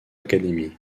academy